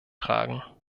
tragen